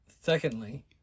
Secondly